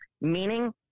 Meaning